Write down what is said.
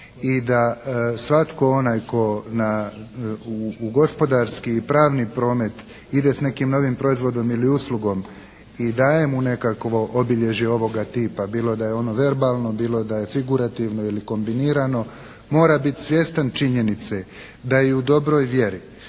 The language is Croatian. i da svatko onaj tko na, u gospodarski i pravni promet ide s nekim novim proizvodom ili uslugom i daje mu nekakvo obilježje ovoga tipa, bilo da je ono verbalno bilo da je figurativno ili kombinirano mora bit svjestan činjenice, da i u dobroj vjeri